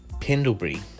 Pendlebury